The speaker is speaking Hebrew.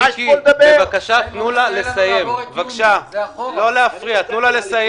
אני מבקש לתת לה לסיים בלי הפרעה.